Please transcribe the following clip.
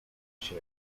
się